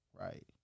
right